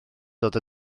dod